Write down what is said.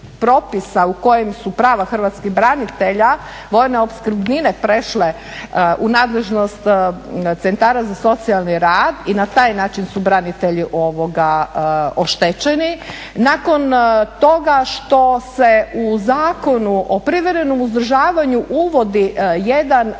u kojim su prava hrvatskih branitelja, vojne opskrbnine prešle u nadležnost Centara za socijalni rad i na taj način su branitelji oštećeni. Nakon toga što se u Zakonu o privremenom uzdržavanju uvodi jedan